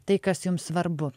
tai kas jums svarbu